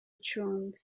icumbi